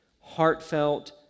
heartfelt